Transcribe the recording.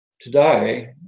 Today